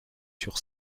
sur